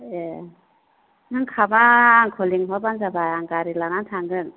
ए नों खाबा आंखौ लिंहरबानो जाबाय आं गारि लानानै थांगोन